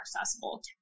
accessible